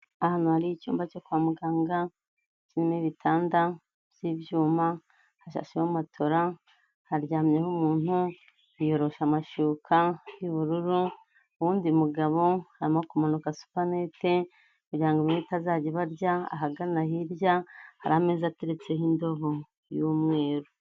Ahantu hari icyumba cyo kwa muganga kirimo ibitanda by'ibyuma, hashashemo matora haryamyeho umuntu yiyoroshe amashuka y'ubururu, uwundi mugabo arimo kumanika supanete kugira ngo imibu itazajya ibarya, ahagana hirya hari ameza ateretseho indobo y'umweru.